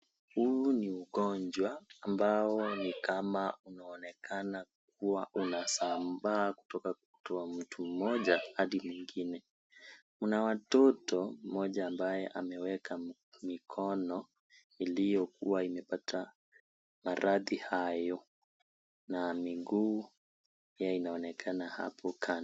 Huu ni ugonjwa ambao ni kama unaonekana kuwa unasambaa kutoka kwa mtu mmoja hadi mwingine. Kuna watoto mmoja ambaye ameweka mikono iliyokuwa imepata maradhi hayo na miguu inaonekana kando.